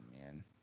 man